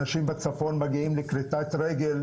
אנשים בצפון מגיעים לכריתת רגל,